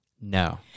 No